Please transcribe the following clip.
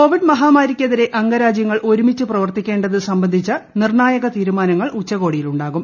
Covid മഹാമാരിക്കെതിരെ അംഗരാജ്യങ്ങൾ ഏരുമിച്ച് പ്രവർത്തിക്കേണ്ടത് സംബന്ധിച്ച നിർണ്ണായക തീരുമാനങ്ങൾ ഉച്ചകോടിയിൽ ഉണ്ടാകും